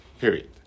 period